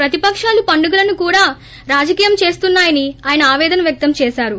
ప్రతిపకాలు పండుగలను కూడా రాజకీయం చేస్తున్నా యని ఆయన ఆవేదన వ్యక్తం చేసారు